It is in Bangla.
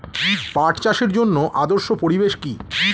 পাট চাষের জন্য আদর্শ পরিবেশ কি?